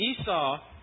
Esau